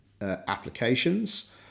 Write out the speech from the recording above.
applications